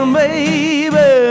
baby